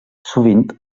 sovint